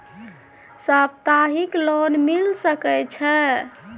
सप्ताहिक लोन मिल सके छै?